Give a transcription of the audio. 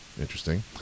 Interesting